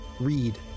read